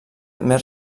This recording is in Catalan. més